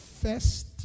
first